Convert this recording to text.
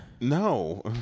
No